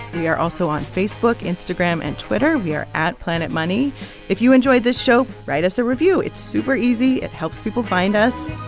we are also on facebook, instagram and twitter. we are at planetmoney. if you enjoyed this show, write us a review. it's super easy. it helps people find us.